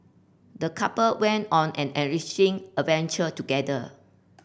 the couple went on an enriching adventure together